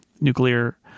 nuclear